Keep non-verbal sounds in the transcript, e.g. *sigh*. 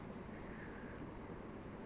*laughs*